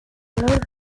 malalt